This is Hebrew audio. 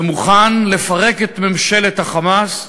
ומוכן לפרק את ממשלת ה"חמאס",